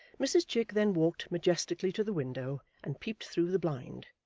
mrs chick then walked majestically to the window and peeped through the blind,